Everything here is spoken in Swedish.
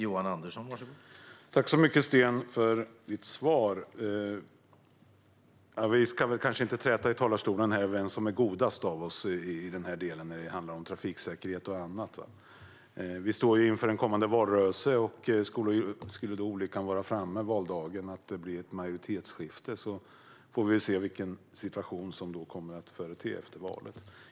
Herr talman! Tack så mycket, Sten, för ditt svar! Vi ska kanske inte träta i talarstolen om vem som är mest god av oss när det handlar om trafiksäkerhet och annat. Vi står inför en kommande valrörelse. Skulle olyckan vara framme på valdagen att det blir ett majoritetsskifte får vi se vilken situation som kommer att företes efter valet.